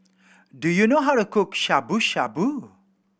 do you know how to cook Shabu Shabu